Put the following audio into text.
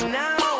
now